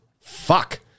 Fuck